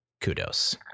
Kudos